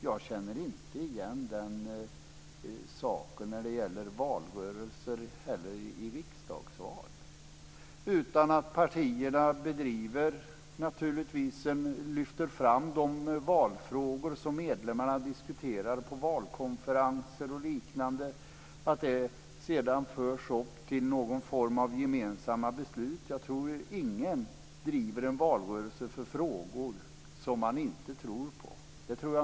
Jag känner inte igen det när det gäller valrörelser i riksdagsval heller. Partierna lyfter naturligtvis fram de valfrågor som medlemmar diskuterar på valkonferenser och liknande. Dessa förs sedan upp till någon form av gemensamma beslut. Jag tror inte att någon driver frågor som man inte tror på i en valrörelse.